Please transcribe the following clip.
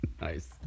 nice